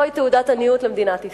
זו תעודת עניות למדינת ישראל,